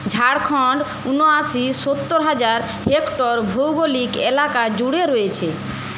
ঝাড়খণ্ড ঊনআশি সত্তর হাজার হেক্টর ভৌগোলিক এলাকা জুড়ে রয়েছে